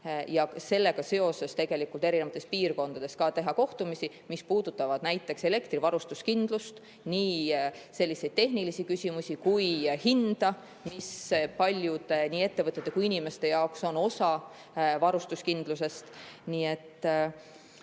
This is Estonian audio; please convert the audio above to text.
ja sellega seoses teha erinevates piirkondades ka kohtumisi, mis puudutavad näiteks elektrivarustuskindlust – nii tehnilisi küsimusi kui ka hinda, mis paljude ettevõtete ja inimeste jaoks on osa varustuskindlusest.